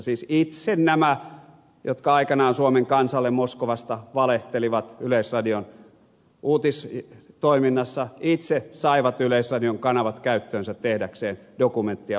siis itse nämä jotka aikanaan suomen kansalle moskovasta valehtelivat yleisradion uutistoiminnassa saivat yleisradion kanavat käyttöönsä tehdäkseen dokumenttia omasta toiminnastaan